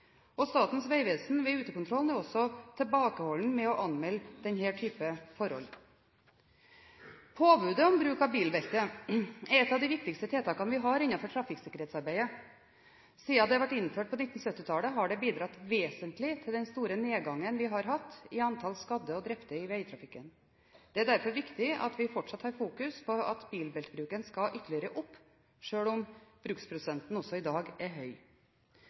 Statens vegvesen ved utekontrollen er også tilbakeholdne med å anmelde denne type forhold. Påbudet om bruk av bilbelte er et av de viktigste tiltakene vi har innenfor trafikksikkerhetsarbeidet. Siden det ble innført på 1970-tallet, har det bidratt vesentlig til den store nedgangen vi har hatt i antall skadde og drepte i veitrafikken. Det er derfor viktig at vi fortsatt fokuserer på at bilbeltebruken skal ytterligere opp, selv om bruksprosenten i dag er høy.